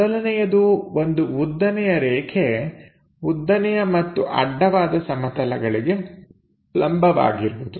ಮೊದಲನೆಯದು ಒಂದು ಉದ್ದನೆಯ ರೇಖೆ ಉದ್ದನೆಯ ಮತ್ತು ಅಡ್ಡವಾದ ಸಮತಲಗಳಿಗೆ ಲಂಬವಾಗಿರುವುದು